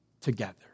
together